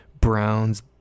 Browns